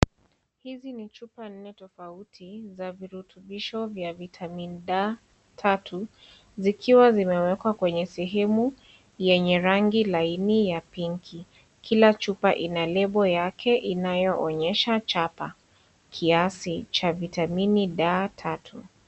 Hizi ni chupa nne tofauti za virutubisho vya vitamini D tatu zikiwa zimewekwa kwenye sehemu yenye rangi laini ya pinki. Kila chupa ina (CS)label(CS)yake inayoonyesha chapa kiasi cha vitamini D tatu.